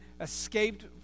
escaped